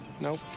Nope